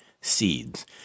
seeds